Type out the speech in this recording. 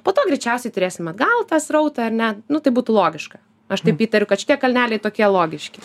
po to greičiausiai turėsim atgal tą srautą ar ne nu tai būtų logiška aš taip įtariu kad šitie kalneliai tokie logiški